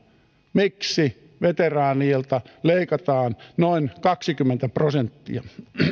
miksi veteraaneilta leikataan noin kaksikymmentä prosenttia